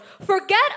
forget